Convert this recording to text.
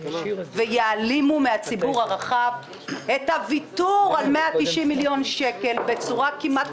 ויעלימו מהציבור הרחב את הוויתור על 190 מיליון שקל בצורה כמעט